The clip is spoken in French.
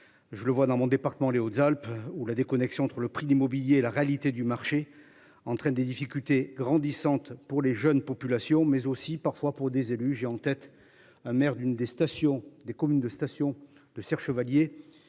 Je le vois dans mon département les Hautes-Alpes ou la déconnexion entre le prix d'immobilier. La réalité du marché entraîne des difficultés grandissantes pour les jeunes populations mais aussi parfois pour des élus. J'ai en tête un maire d'une des stations des communes de station de Serre-Chevalier.